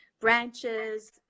branches